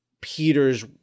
Peter's